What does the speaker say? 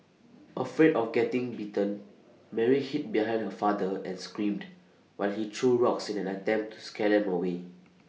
afraid of getting bitten Mary hid behind her father and screamed while he threw rocks in an attempt to scare them away